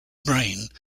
brain